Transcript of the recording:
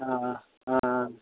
ஆ ஆ ஆ ஆ